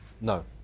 No